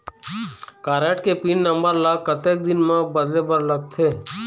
Card के pin number ला कतक दिन म बदले बर लगथे?